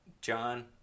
John